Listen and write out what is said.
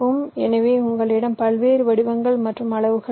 எனவே உங்களிடம் பல்வேறு வடிவங்கள் மற்றும் அளவுகள் உள்ளன